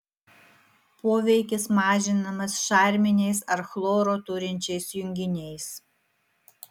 poveikis mažinamas šarminiais ar chloro turinčiais junginiais